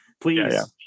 please